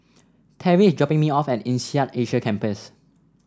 Terri is dropping me off at INSEAD Asia Campus